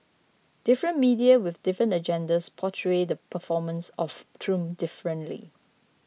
different media with different agendas portray the performance of Trump differently